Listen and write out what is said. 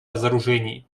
разоружении